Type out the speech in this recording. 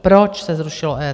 Proč se zrušilo EET?